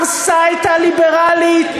הרסה את ה"ליברלית",